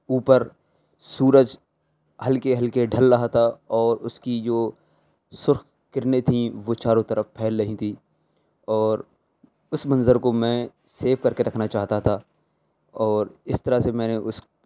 اوپر سورج ہلکے ہلکے ڈھل رہا تھا اور اس کی جو سرخ کرنیں تھیں وہ چاروں طرف پھیل رہی تھیں اور اس منظر کو میں سیو کر کے رکھنا چاہتا تھا اور اس طرح سے میں نے اس